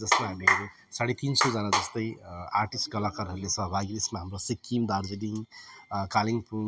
जसमा हामीहरू साढे तिन सौजना जस्तै आर्टिस कलाकारहरूले सहभागी यसमा हाम्रो सिक्किम दार्जिलिङ कालिम्पोङ